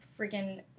freaking